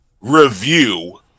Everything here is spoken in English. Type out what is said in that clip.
review